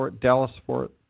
Dallas-Fort